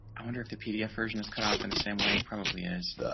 i wonder if the pdf version is cut off in the same way, it probably is.